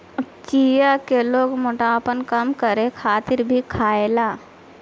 चिया के लोग मोटापा कम करे खातिर भी खायेला